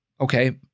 okay